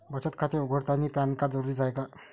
बचत खाते उघडतानी पॅन कार्ड जरुरीच हाय का?